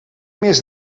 més